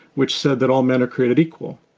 which said that all men are created equal.